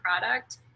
product